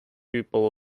pupil